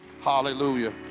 Hallelujah